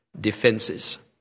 Defenses